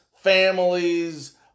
families